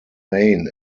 main